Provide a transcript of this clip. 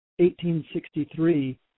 1863